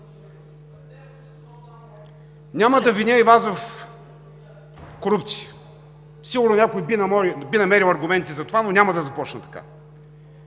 Няма да виня и Вас в корупция. Сигурно някой би намерил аргументи за това, но няма да започна така.